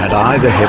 i the